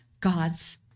God's